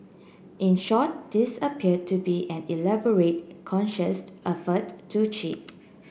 in short this appear to be an elaborate conscious effort to cheat